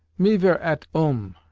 me vere at ulm,